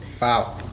Wow